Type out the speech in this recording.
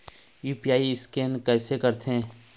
UPI scan कइसे करथे?